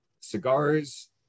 Cigars